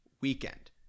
weekend